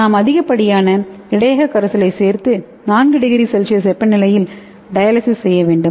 நாம் அதிகப்படியான இடையக கரைசலைச் சேர்த்து 4º சி வெப்பநிலையில் டயாலிசிஸ் செய்ய வேண்டும்